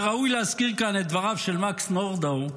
וראוי להזכיר כאן את דבריו של מקס נורדאו,